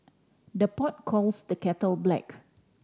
the pot calls the kettle black